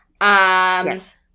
yes